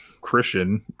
Christian